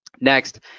Next